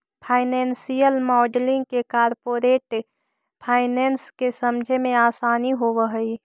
financial modelling से corporate finance के समझे मेंअसानी होवऽ हई